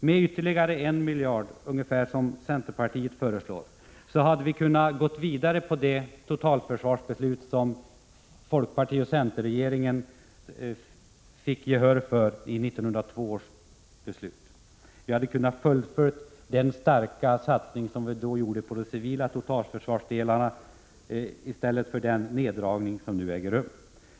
Med ytterligare en miljard, ungefär som centerpartiet föreslår, hade vi kunnat gå vidare på det totalförsvarsbeslut som folkparticenterregeringen fick gehör för 1982. Vi hade kunnat fullfölja den starka satsning som då gjordes på de civila totalförsvarsdelarna, i stället för den neddragning som nu äger rum.